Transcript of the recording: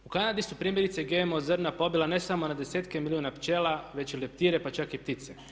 U Kanadi su primjerice GMO zrna pobila ne samo na desetke milijuna pčela već i leptire pa čak i ptice.